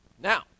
Now